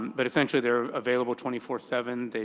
but essentially they're available twenty four seven.